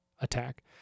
attack